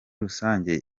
rusange